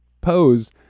pose